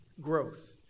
Growth